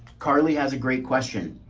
carly has a great question.